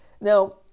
Now